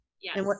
Yes